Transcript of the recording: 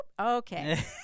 Okay